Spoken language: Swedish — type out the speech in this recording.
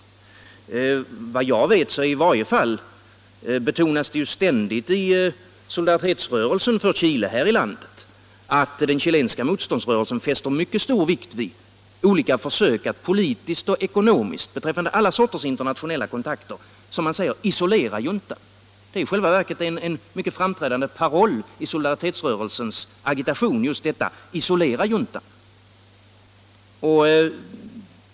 Såvitt jag vet betonas i varje fall ständigt i solidaritetsrörelsen för Chile här i landet att den chilenska motståndsrörelsen fäster mycket stor vikt vid olika försök att politiskt och ekonomiskt — beträffande alla sorters internationella kontakter — ”isolera juntan”, som man säger. Detta är i själva verket en mycket framträdande paroll i solidaritetsrörelsens agitation — isolera juntan.